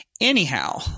Anyhow